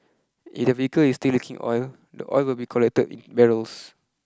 if the vehicle is still leaking oil the oil will be collected in barrels